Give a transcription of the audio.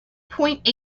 point